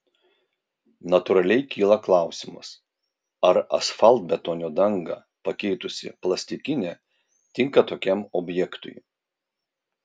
natūraliai kyla klausimas ar asfaltbetonio dangą pakeitusi plastikinė tinka tokiam objektui